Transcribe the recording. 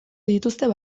dituzten